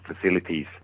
facilities